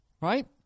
Right